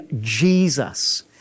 Jesus